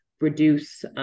reduce